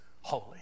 holy